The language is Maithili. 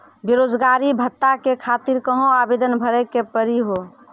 बेरोजगारी भत्ता के खातिर कहां आवेदन भरे के पड़ी हो?